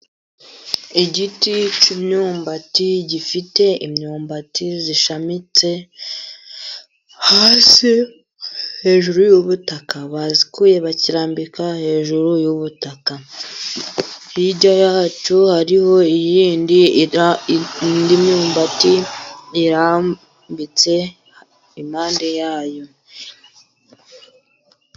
Igiti cy'imyumbati gifite imyumbati ishamitse hasi ,hejuru y'ubutaka bayikuye, bayirambika hejuru y'ubutaka ,hirya yacyo hariho iyindi ,indi myumbati irambitse impande yayo.